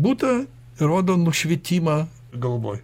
butą rodo nušvitimą galvoj